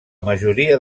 majoria